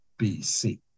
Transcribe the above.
BC